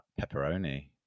Pepperoni